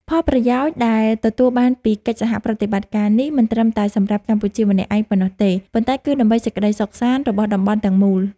ផលប្រយោជន៍ដែលទទួលបានពីកិច្ចសហប្រតិបត្តិការនេះ មិនត្រឹមតែសម្រាប់កម្ពុជាម្នាក់ឯងប៉ុណ្ណោះទេ ប៉ុន្តែ គឺដើម្បីសេចក្តីសុខសាន្តរបស់តំបន់ទាំងមូល។